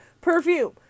perfume